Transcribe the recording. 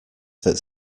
that